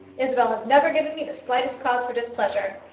isabel has never given me the slightest cause for displeasure.